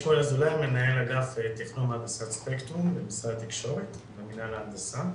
מנהל אגף תכנון והנדסת ספקטרום במשרד התקשורת במינהל ההנדסה.